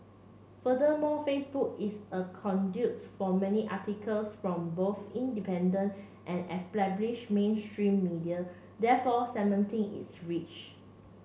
furthermore Facebook is a conduit for many articles from both independent and established mainstream media therefore cementing its reach